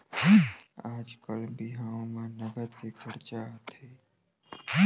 आजकाल बिहाव म नँगत के खरचा आथे